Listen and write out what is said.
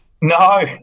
No